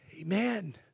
Amen